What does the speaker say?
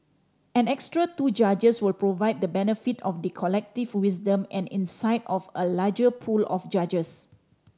an extra two judges will provide the benefit of the collective wisdom and insight of a larger pool of judges